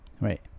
Right